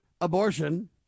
abortion